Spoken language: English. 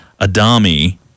Adami